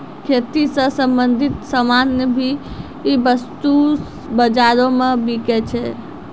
खेती स संबंछित सामान भी वस्तु बाजारो म बिकै छै